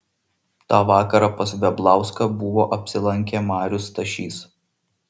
tą vakarą pas veblauską buvo apsilankę marius stašys